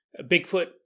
Bigfoot